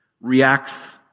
reacts